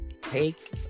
take